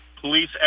police